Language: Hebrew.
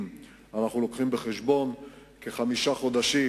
אם אנחנו מביאים בחשבון כחמישה חודשים